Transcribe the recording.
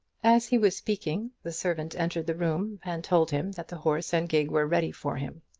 as he was speaking the servant entered the room, and told him that the horse and gig were ready for him.